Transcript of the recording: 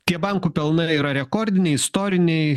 tie bankų pelnai yra rekordiniai istoriniai